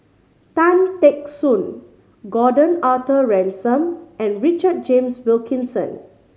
Tan Teck Soon Gordon Arthur Ransome and Richard James Wilkinson